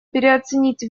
переоценить